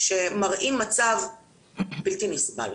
שמראים מצב בלתי נסבל.